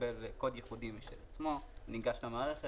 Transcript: ומקבלים ומצביעים עליהן אינן מיושמות,